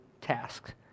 tasks